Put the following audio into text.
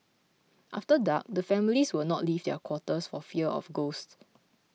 after dark the families would not leave their quarters for fear of ghosts